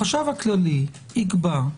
החשב הכללי יקבע.